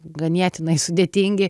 ganėtinai sudėtingi